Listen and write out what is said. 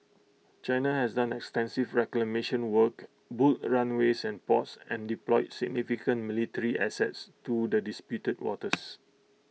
China has done extensive reclamation work boot A runways and ports and deployed significant military assets to the disputed waters